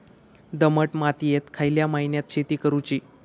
दमट मातयेत खयल्या महिन्यात शेती करुची?